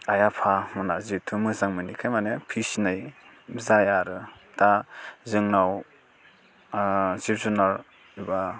आइ आफामोनहा जेहेथु मोजां मोनिखाय मानि फिसिनाय जाया आरो दा जोंनाव जिब जुनार एबा